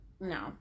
no